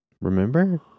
Remember